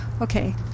Okay